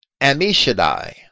Amishadai